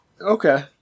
Okay